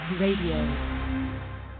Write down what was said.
Radio